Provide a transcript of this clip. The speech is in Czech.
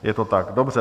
Je to tak, dobře.